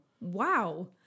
Wow